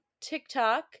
TikTok